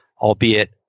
albeit